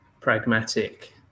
pragmatic